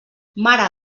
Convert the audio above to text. mar